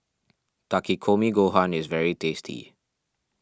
Takikomi Gohan is very tasty